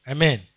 Amen